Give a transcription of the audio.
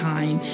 Time